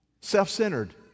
Self-centered